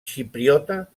xipriota